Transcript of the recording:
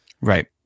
right